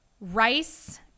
rice